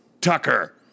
Tucker